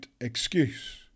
excuse